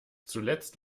zuletzt